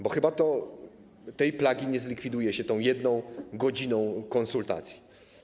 Bo chyba tej plagi nie zlikwiduje się tą 1 godziną konsultacji.